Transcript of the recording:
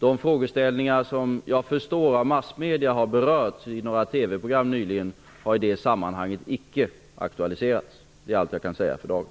De frågeställningar som av massmedierna nyligen berörts i några TV-program har i de sammanhangen icke aktualiserats. Det är allt jag kan säga för dagen.